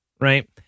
Right